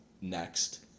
next